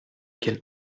quelle